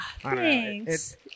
Thanks